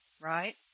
right